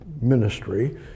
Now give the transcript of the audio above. ministry